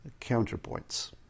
counterpoints